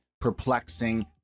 perplexing